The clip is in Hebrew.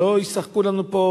שלא ישחקו לנו פה,